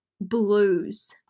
blues